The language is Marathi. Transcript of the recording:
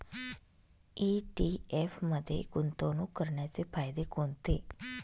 ई.टी.एफ मध्ये गुंतवणूक करण्याचे फायदे कोणते?